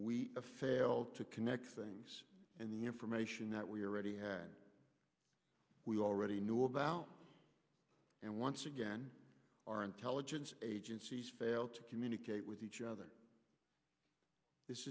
we failed to connect things and the information that we already had we already knew about and once again our intelligence agencies failed to communicate with each other